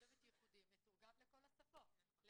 מתורגם לכל השפות,